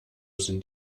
sind